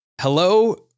Hello